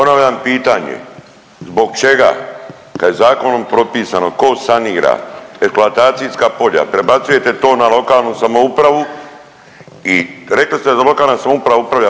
Ponavljam pitanje, zbog čega kad je zakonom propisano ko sanira eksploatacijska polja prebacujete to na lokalnu samoupravu i rekli ste da lokalna samouprava upravlja